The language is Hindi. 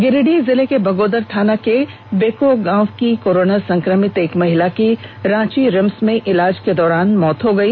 गिरिडीह जिले के बगोदर थाना के बेको गांव की कोरोना संक्रमित एक महिला की रांची रिम्स में इलाज के दौरान मौत हो गई